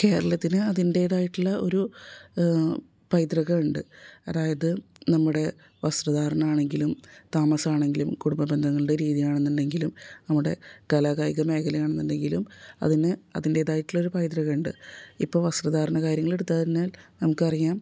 കേരളത്തിൽ അതിൻറ്റേതായിട്ടുള്ള ഒരു പൈതൃകം ഉണ്ട് അതായത് നമ്മുടെ വസ്ത്രധാരണമാണെങ്കിലും താമസമാണെങ്കിലും കുടുംബ ബന്ധങ്ങളുടെ രീതിയാണെന്ന് ഉണ്ടെങ്കിലും നമ്മുടെ കലാകായിക മേഖലയാണെന്നുണ്ടെങ്കിലും അതിന് അതിൻറ്റേതായിട്ടുള്ള ഒരു പൈതൃകം ഉണ്ട് ഇപ്പോൾ വസ്ത്രധാരണ കാര്യങ്ങൾ എടുത്താൽ തന്നെ നമുക്കറിയാം